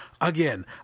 again